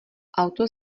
auto